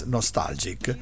Nostalgic